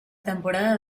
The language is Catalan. temporada